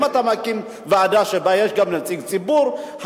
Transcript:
אם אתה מקים ועדה שיש בה גם נציג ציבור,